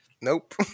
Nope